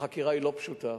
החקירה היא לא פשוטה,